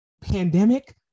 pandemic